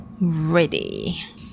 ready